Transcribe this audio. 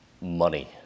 Money